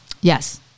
Yes